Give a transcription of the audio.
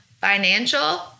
financial